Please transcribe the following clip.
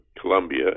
Colombia